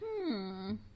-hmm